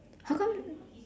how come